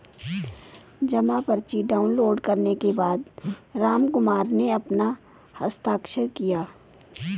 जमा पर्ची डाउनलोड करने के बाद रामकुमार ने अपना हस्ताक्षर किया